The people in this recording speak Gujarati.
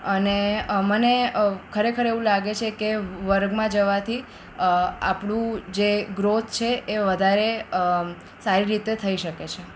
અને મને ખરેખર એવું લાગે છે કે વર્ગમાં જવાથી આપણું જે ગ્રોથ છે એ વધારે સારી રીતે થઈ શકે છે